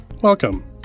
Welcome